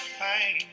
pain